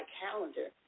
calendar